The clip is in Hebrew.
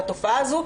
והתופעה זו,